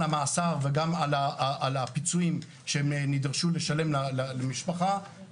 המאסר וגם על הפיצויים שהם נדרשו לשלם למשפחה,